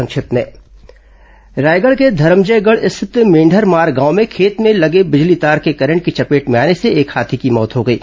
संक्षिप्त समाचार रायगढ़ के धरमजयगढ़ स्थित मेंढरमार गांव में खेत में लगे बिजली तार के करंट की चपेट में आने से एक हाथी की मौत हो गई है